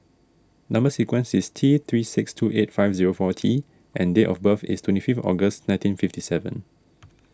Number Sequence is T three six two eight five zero four T and date of birth is twenty fifth August nineteen fifty seven